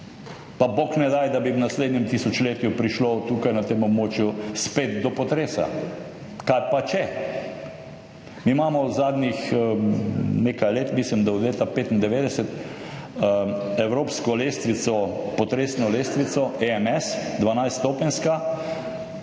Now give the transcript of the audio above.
pa bog ne daj, da bi v naslednjem tisočletju prišlo tukaj na tem območju spet do potresa. Kaj pa, če? Mi imamo zadnjih nekaj let, mislim da od leta 1995, evropsko lestvico, potresno lestvico EMS, dvanajst stopenjska,